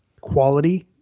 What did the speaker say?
quality